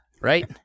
right